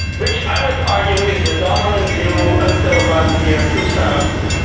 which i would argue is the dominant view until about the year two thousand.